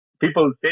people